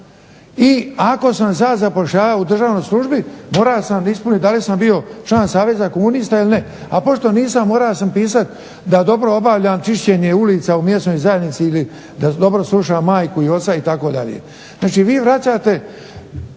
I ako sam se ja zapošljavao u državnoj službi morao sam ispuniti da li sam bio član Saveza komunista ili ne. A pošto nisam morao sam pisati da dobro obavljam čišćenje ulica u mjesnoj zajednici ili da dobro slušam majku i oca itd. Znači vi vraćate